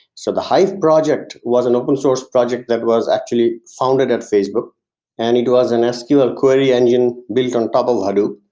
so the hive project was an open source project that was actually founded at facebook and it was an ah sql query engine built on top of hadoop.